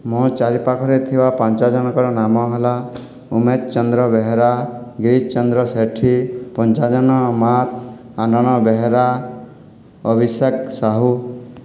ମୋ ଚାରି ପାଖରେ ଥିବା ପାଞ୍ଚ ଜଣଙ୍କର ନାମ ହେଲା ଉମେତ୍ ଚନ୍ଦ୍ର ବେହେରା ଗିରିଶ ଚନ୍ଦ୍ର ସେଠୀ ପଞ୍ଛାଜନ ଅମାତ୍ ଆନନ ବେହେରା ଅଭିଷେକ ସାହୁ